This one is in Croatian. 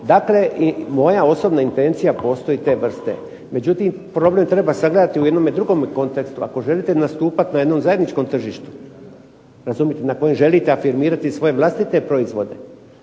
Dakle, i moja osobna intencija postoji te vrste. Međutim, problem treba sagledati u jednom drugom kontekstu. Ako želite nastupat na jednom zajedničkom tržištu na kojem želite afirmirati svoje vlastite proizvode